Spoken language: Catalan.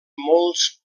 molts